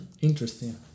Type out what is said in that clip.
Interesting